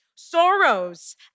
Sorrows